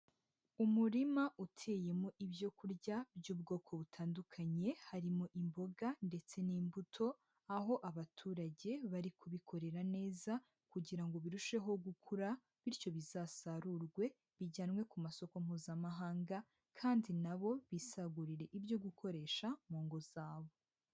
Umurima uteyemo ibyo kurya by'ubwoko butandukanye, harimo imboga ndetse n'imbuto, aho abaturage bari kubikorera neza, kugira birusheho gukura, bityo bizasarurwe bijyanwe ku masoko Mpuzamahanga kandi na bo bisagurire ibyo gukoresha mu ngo zabo.